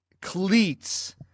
cleats